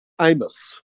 Amos